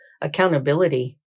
accountability